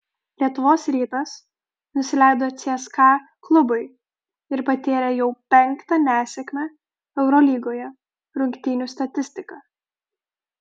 lietuvos rytas nusileido cska klubui ir patyrė jau penktą nesėkmę eurolygoje rungtynių statistika